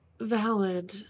Valid